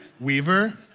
Weaver